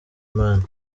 imana